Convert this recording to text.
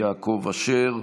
יעקב אשר,